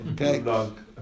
okay